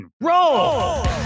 roll